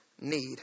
need